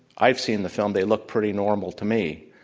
i have seen the film. they looked pretty normal to me.